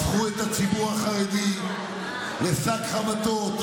לשק חבטות,